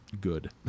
good